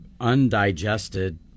undigested